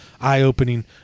eye-opening